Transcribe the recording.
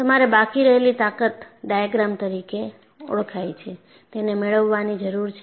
તમારે બાકી રહેલી તાકત ડાયાગ્રામ તરીકે ઓળખાય છે તેને મેળવવાની જરૂર છે